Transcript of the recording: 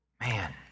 Man